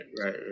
Right